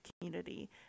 community